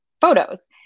photos